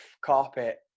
carpet